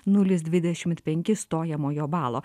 nulis dvidešimt penkis stojamojo balo